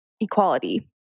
equality